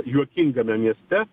juokingame mieste